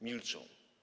Milczą.